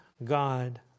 God